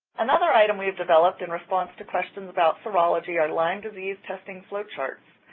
another item we have developed in response to questions about serology are lyme disease testing flow charts.